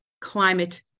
climate